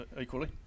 equally